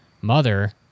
mother